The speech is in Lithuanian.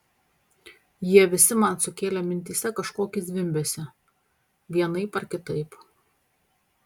jie visi man sukėlė mintyse kažkokį zvimbesį vienaip ar kitaip